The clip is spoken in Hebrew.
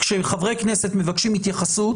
כשחברי כנסת מבקשים התייחסות,